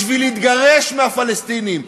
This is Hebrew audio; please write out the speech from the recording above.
בשביל להתגרש מהפלסטינים,